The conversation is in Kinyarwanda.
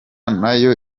nayo